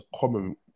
common